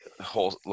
whole